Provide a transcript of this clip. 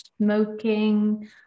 smoking